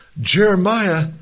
Jeremiah